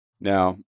now